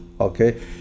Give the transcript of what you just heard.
Okay